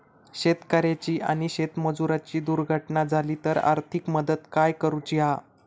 शेतकऱ्याची आणि शेतमजुराची दुर्घटना झाली तर आर्थिक मदत काय करूची हा?